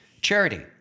Charity